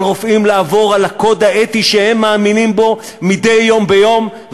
ועל רופאים לעבור על הקוד האתי שהם מאמינים בו מדי יום ביומו,